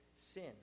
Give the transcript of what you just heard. sin